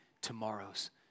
tomorrows